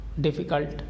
difficult